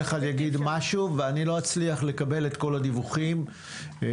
אם כל אחד יגיד משהו אני לא אצליח לקבל את כל הדיווחים מהמשטרה.